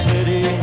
City